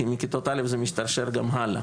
כי מכיתות א' זה משתרשר גם הלאה.